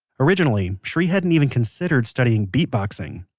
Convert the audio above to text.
originally, shri hadn't even considered studying beatboxing.